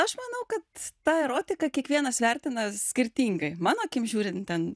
aš manau kad tą erotiką kiekvienas vertina skirtingai mano akim žiūrint ten